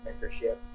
mentorship